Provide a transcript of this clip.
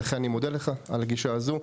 ולכן אני מודה לך על הגישה הזו.